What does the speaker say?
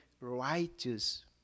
righteous